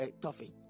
toffee